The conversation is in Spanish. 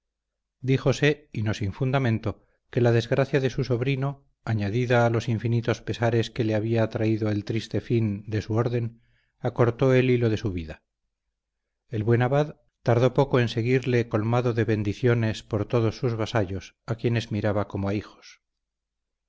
carracedo díjose y no sin fundamento que la desgracia de su sobrino añadida a los infinitos pesares que le había traído el triste fin de su orden acortó el hilo de su vida el buen abad tardó poco en seguirle colmado de bendiciones por todos sus vasallos a quienes miraba como a hijos